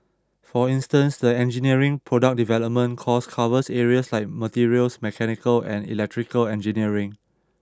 for instance the engineering product development course covers areas like materials mechanical and electrical engineering